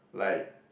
like